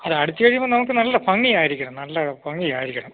അത് അടിച്ച് കഴിയുമ്പം നമുക്ക് നല്ല ഭംഗിയായിരിക്കണം നല്ല ഭംഗി ആയിരിക്കണം